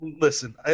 Listen